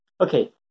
Okay